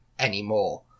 anymore